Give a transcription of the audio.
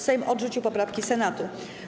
Sejm odrzucił poprawki Senatu.